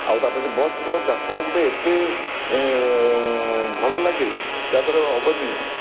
ଆଉ ତା ପଛେ ବସ୍ ର ଯାତ୍ରା ଗୋଟେ ଏତେ ଭଲ ଲାଗେ ଯାହାଦ୍ଵାରା ଅବର୍ଣ୍ଣିୟ